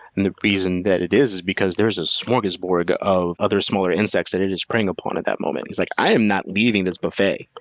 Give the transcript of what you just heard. and the reason that it is, is because there's a smorgasbord of other smaller insects that it is preying upon at that moment. he's like, i am not leaving this buffet.